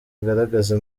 agaragaza